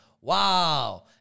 Wow